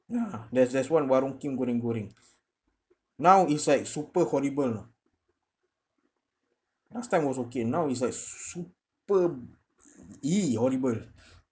ya there's there's one warong kim goreng goreng now is like super horrible last time was okay now it's like super !ee! horrible